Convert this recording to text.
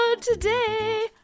today